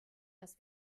das